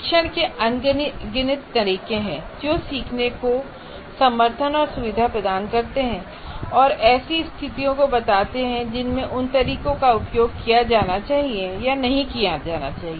शिक्षण के अनगिनत तरीके हैं जो सीखने को समर्थन और सुविधा प्रदान करतेहैं और ऐसी स्थितियां को बताते हैं जिनमें उन तरीकों का उपयोग किया जाना चाहिए और नहीं किया जाना चाहिए